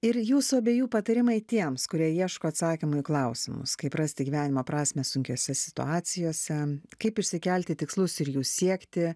ir jūsų abiejų patarimai tiems kurie ieško atsakymų į klausimus kaip rasti gyvenimo prasmę sunkiose situacijose kaip išsikelti tikslus ir jų siekti